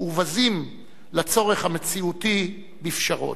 ובזים לצורך המציאותי בפשרות.